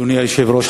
אדוני היושב-ראש,